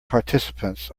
participants